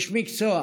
איש מקצוע